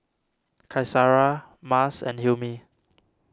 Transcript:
Qaisara Mas and Hilmi